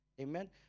Amen